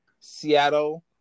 seattle